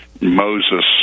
Moses